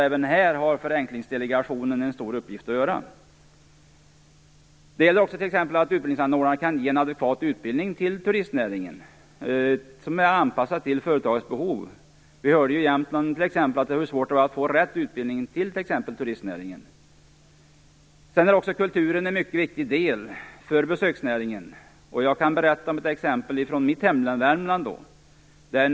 Även här har förenklingsdelegationen en stor uppgift. Det kan vara fråga om att utbildningsanordnaren ger en adekvat utbildning inom turistnäringen, anpassad till företagens behov. I Jämtland är det svårt att få rätt utbildning inom turistnäringen. Kulturen är en viktig del för besöksnäringen. Jag kan berätta om ett exempel från mitt hemlän Värmland.